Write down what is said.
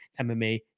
mma